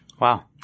Wow